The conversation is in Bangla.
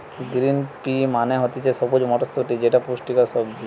গ্রিন পি মানে হতিছে সবুজ মটরশুটি যেটা পুষ্টিকর সবজি